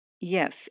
Yes